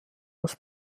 das